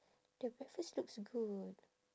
the breakfast looks good